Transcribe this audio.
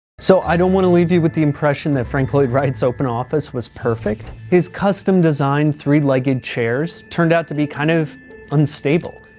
so i don't wanna leave you with the impression that frank lloyd wright's open office was perfect. his custom-designed three legged chairs turned out to be kind of unstable,